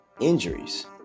injuries